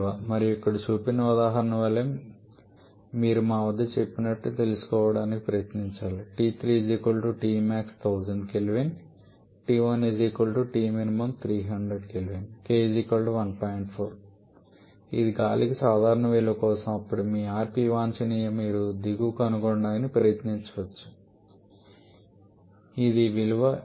మరియు ఇక్కడ చూపిన ఉదాహరణ వలె మీరు మా వద్ద చెప్పినట్లు తెలుసుకోవడానికి ప్రయత్నించవచ్చు ఇది గాలికి సాధారణ విలువ కోసం అప్పుడు మీ rp వాంఛనీయత మీరు దీన్ని కనుగొనడానికి ప్రయత్నించవచ్చు ఇది ఈ విలువ 8